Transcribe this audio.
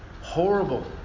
horrible